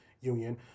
Union